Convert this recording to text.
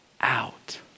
out